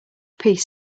piece